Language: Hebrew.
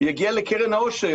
יגיע לקרן העושר,